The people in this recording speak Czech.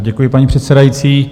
Děkuji, paní předsedající.